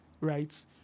right